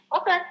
Okay